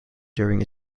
during